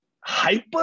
hyper